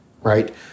right